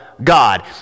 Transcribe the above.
God